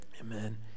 Amen